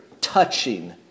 touching